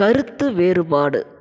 கருத்து வேறுபாடு